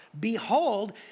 behold